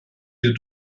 wir